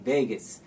Vegas